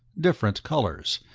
different colors,